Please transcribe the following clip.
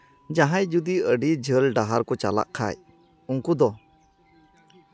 ᱡᱟᱦᱟᱸᱭ ᱡᱩᱫᱤ ᱟᱹᱰᱤ ᱡᱷᱟᱹᱞ ᱰᱟᱦᱟᱨ ᱠᱚ ᱪᱟᱞᱟᱜ ᱠᱷᱟᱱ ᱩᱝᱠᱩ ᱫᱚ